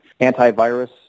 Antivirus